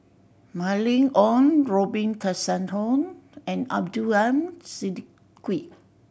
Mylene Ong Robin Tessensohn and Abdul Aleem Siddique